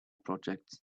projects